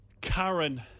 Karen